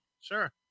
Sure